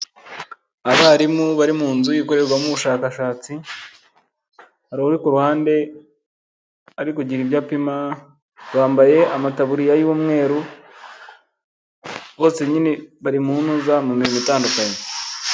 Abarimu bari mu nzu ikorerwamo ubushakashatsi, hari uri ku ruhande ari kugira ibyo apima bambaye amatabuririya y'umweru, bose nyine barimu ntuza mu mirimo itandukanye.